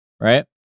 right